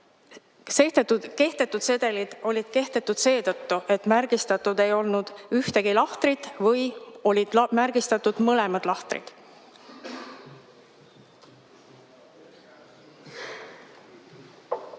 Kehtetud sedelid olid kehtetud seetõttu, et märgistatud ei olnud ühtegi lahtrit või olid märgistatud mõlemad lahtrid.